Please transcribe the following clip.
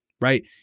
right